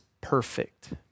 perfect